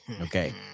Okay